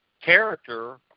character